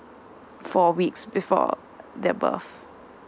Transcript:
four weeks before uh date of birth